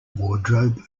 wardrobe